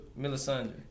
Melisandre